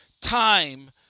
time